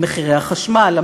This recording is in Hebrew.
למחירי החשמל,